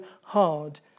hard